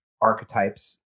archetypes